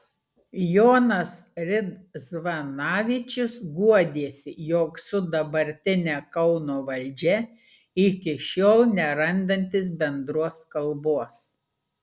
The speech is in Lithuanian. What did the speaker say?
jonas ridzvanavičius guodėsi jog su dabartine kauno valdžia iki šiol nerandantis bendros kalbos